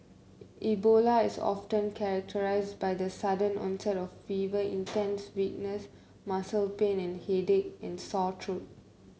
Ebola is often characterised by the sudden onset of fever intense weakness muscle pain and headache and sore throat